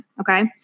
okay